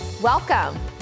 Welcome